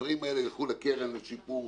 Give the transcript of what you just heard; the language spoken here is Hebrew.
שהדברים האלה יילכו לקרן לשיפור,